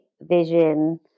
vision